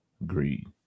agreed